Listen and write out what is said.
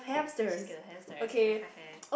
she's scared of hamsters heh heh heh